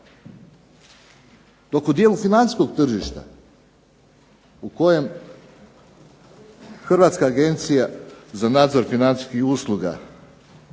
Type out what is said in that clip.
Dok u dijelu financijskog tržišta u kojem Hrvatska agencija za nadzor financijskih usluga